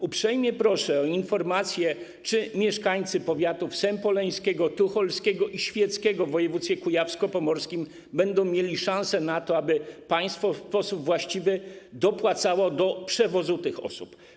Uprzejmie proszę o informację, czy mieszkańcy powiatów sępoleńskiego, tucholskiego i świeckiego w województwie kujawsko-pomorskim będą mieli szansę na to, aby państwo w sposób właściwy dopłacało do przewozu osób.